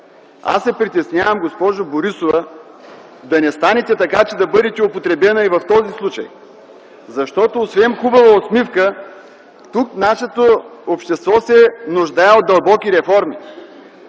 Аз се притеснявам, госпожо Борисова, да не стане така, че да бъдете употребена и в този случай, защото, освен хубава усмивка, нашето общество се нуждае от дълбоки реформи.